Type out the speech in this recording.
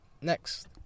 Next